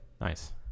Nice